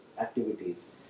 activities